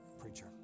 Preacher